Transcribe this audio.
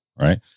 right